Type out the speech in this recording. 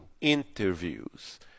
interviews